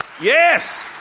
Yes